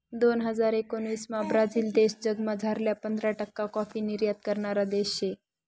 दोन हजार एकोणाविसमा ब्राझील देश जगमझारला पंधरा टक्का काॅफी निर्यात करणारा देश शे